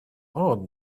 odd